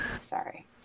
sorry